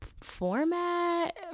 format